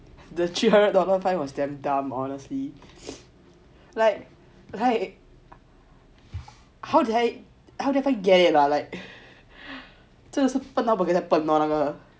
the three hundred dollar fine was damn dumb honestly like like how did I get it ah like 真的是笨到不能再笨 lor 那个